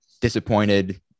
disappointed